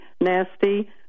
nasty